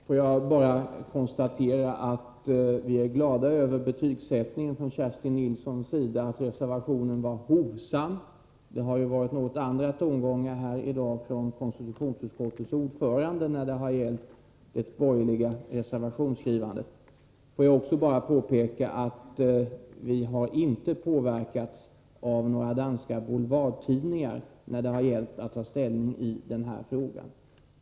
Fru talman! Vi är glada över betygsättningen från Kerstin Nilssons sida att reservationen var hovsam. Det har ju varit andra tongångar här i dag från konstitutionsutskottets ordförande när det gällt det borgerliga reservationsskrivandet. Låt mig sedan bara påpeka att vi inte har påverkats av några danska boulevardtidningar när vi tagit ställning i den här frågan.